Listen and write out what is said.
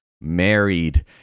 married